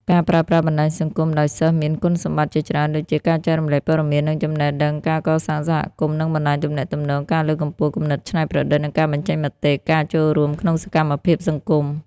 ការប្រើប្រាស់បណ្ដាញសង្គមដោយសិស្សមានគុណសម្បត្តិជាច្រើនដូចជា ការចែករំលែកព័ត៌មាន និងចំណេះដឹង ការកសាងសហគមន៍ និងបណ្ដាញទំនាក់ទំនង ការលើកកម្ពស់គំនិតច្នៃប្រឌិត និងការបញ្ចេញមតិ ការចូលរួមក្នុងសកម្មភាពសង្គម។